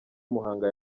muhanga